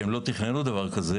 מבלי שהם תכננו דבר כזה,